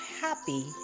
happy